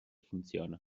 funziona